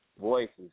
Voices